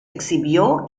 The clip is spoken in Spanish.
exhibió